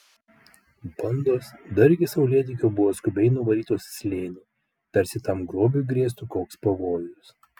bandos dar iki saulėtekio buvo skubiai nuvarytos į slėnį tarsi tam grobiui grėstų koks pavojus